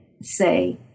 say